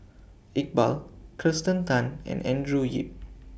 Iqbal Kirsten Tan and Andrew Yip